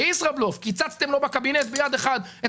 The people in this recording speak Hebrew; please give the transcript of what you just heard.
"בישראבלוף" קיצצתם לו בקבינט ביד אחת את